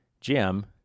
jim